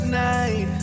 night